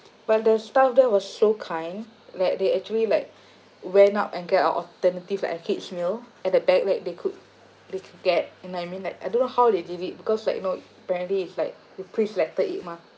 but the staff there was so kind like they actually like went up and get a alternative like a kid's meal at the back where they could they could get you know what I mean like I don't know how they did it because like you know apparently it's like you pre-selected it mah